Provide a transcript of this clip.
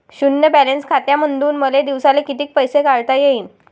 शुन्य बॅलन्स खात्यामंधून मले दिवसाले कितीक पैसे काढता येईन?